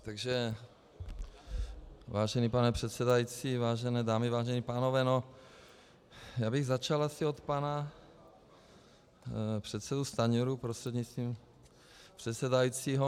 Takže vážený pane předsedající, vážené dámy, vážení pánové, začal bych asi od pana předsedy Stanjury prostřednictvím předsedajícího.